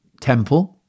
temple